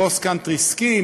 "קרוס קאנטרי סקי",